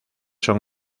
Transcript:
son